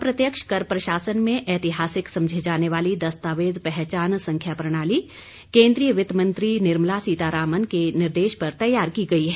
अप्रत्यक्ष कर प्रशासन में ऐतिहासिक समझी जाने वाली दस्तावेज पहचान संख्या प्रणाली केंद्रीय वित्त मंत्री निर्मला सीतारामन के निर्देश पर तैयार की गई है